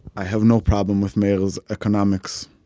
i have no problem with meir's economics.